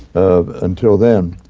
um until then.